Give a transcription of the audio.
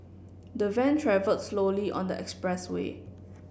the van travelled slowly on the expressway